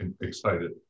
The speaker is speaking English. excited